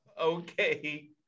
Okay